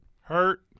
Hurt